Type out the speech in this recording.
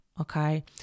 okay